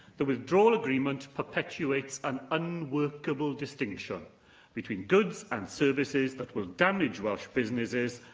the withdrawal agreement perpetuates an unworkable distinction between goods and services that will damage welsh businesses,